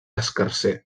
escarser